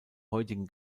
heutigen